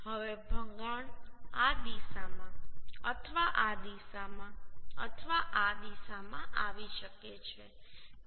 હવે ભંગાણ આ દિશામાં આ દિશામાં અથવા આ દિશામાં આવી શકે છે